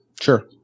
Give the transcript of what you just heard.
Sure